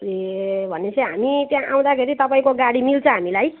ए भने पछि हामी त्यहाँ आउँदाखेरि तपाईँको गाडी मिल्छ हामीलाई